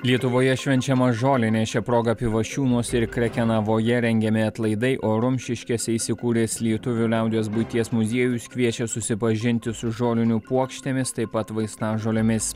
lietuvoje švenčiama žolinė šia proga pivašiūnuose ir krekenavoje rengiami atlaidai o rumšiškėse įsikūręs lietuvių liaudies buities muziejus kviečia susipažinti su žolinių puokštėmis taip pat vaistažolėmis